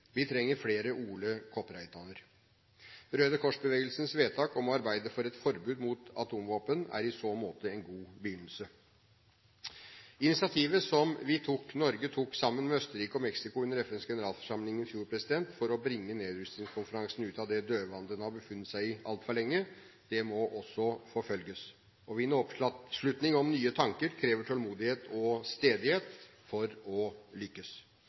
vi trenger flere Ole Kopreitan-er. Røde Kors-bevegelsens vedtak om å arbeide for et forbud mot atomvåpen er i så måte en god begynnelse. Initiativet som Norge tok sammen med Østerrike og Mexico under FNs generalforsamling i fjor, for å bringe Nedrustningskonferansen ut av det dødvanne den har befunnet seg i så altfor lenge, må også forfølges. Å vinne oppslutning om nye tanker krever tålmodighet og stedighet for å lykkes.